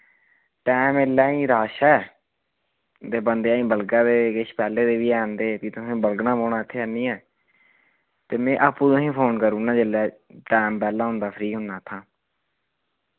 time इल्ले ही rush ऐ ते बंदे अजें बलगा दे किश पैह्ले दे वी हैन ते फ्ही तुसें बलगना पौना इत्थे आह्नियै ते मैं आप्पूं तुसें फोन करूना जिल्लै टैम बैल्ला होंदा फ्री होना इत्थां